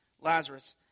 Lazarus